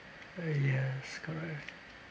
uh yes correct